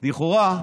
לכאורה,